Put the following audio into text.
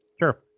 Sure